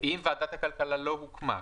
אם ועדת הכלכלה לא הוקמה.